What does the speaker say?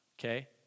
okay